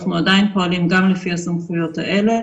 אנחנו עדיין פועלים גם לפי הסמכויות האלה,